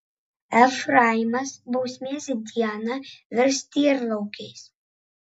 efraimas bausmės dieną virs tyrlaukiais